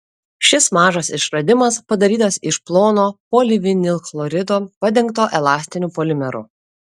šis mažas išradimas padarytas iš plono polivinilchlorido padengto elastiniu polimeru